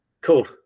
cool